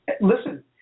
Listen